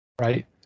right